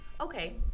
Okay